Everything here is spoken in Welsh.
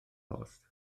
post